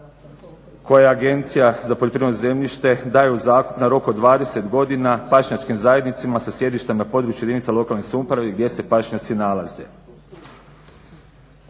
koje Agencija za poljoprivredno zemljište daje u zakup na rok od 20 godina pašnjačkim zajednicama sa sjedištem na području jedinica lokalne samouprave gdje se pašnjaci nalaze.